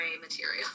material